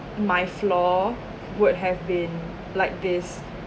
my floor would have been like this